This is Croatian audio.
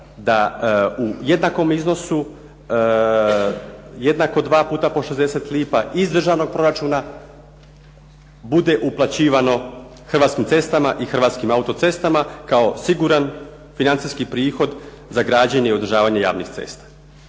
da u jednakom iznosu, jednako 2 puta po 60 lipa iz državnog proračuna bude uplaćivano "Hrvatskim cestama" i "Hrvatskim autocestama" kao siguran financijski prihod za građenje i održavanje javnih cesta.